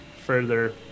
further